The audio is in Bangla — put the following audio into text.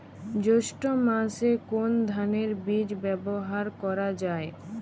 জৈষ্ঠ্য মাসে কোন ধানের বীজ ব্যবহার করা যায়?